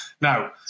Now